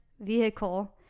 vehicle